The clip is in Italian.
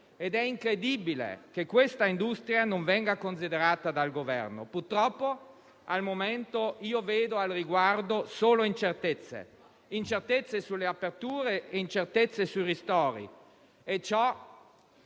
ed è incredibile che questa industria non venga considerata dal Governo. Purtroppo, al momento, io vedo al riguardo solo incertezze; incertezze sulle aperture e sui ristori.